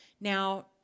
Now